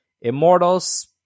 Immortals